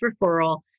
referral